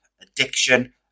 addiction